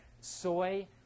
Soy